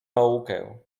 naukę